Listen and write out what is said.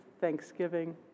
thanksgiving